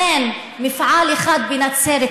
גם אם זה, נורית, גם אם זה 80% הגבייה נמוכה.